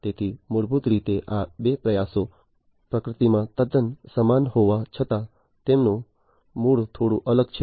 તેથી મૂળભૂત રીતે આ બે પ્રયાસો પ્રકૃતિમાં તદ્દન સમાન હોવા છતાં તેમનું મૂળ થોડું અલગ છે